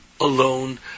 alone